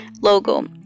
logo